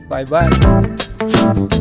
Bye-bye